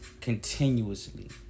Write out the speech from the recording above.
continuously